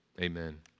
Amen